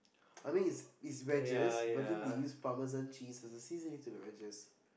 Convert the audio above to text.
I mean it's it's wedges but then they use parmesan cheese as a seasoning to the wedges